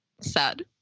Sad